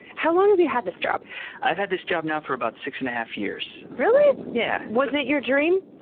how long have you had this job? i've had this job now for about six and a half years. really? yeah was it your dream?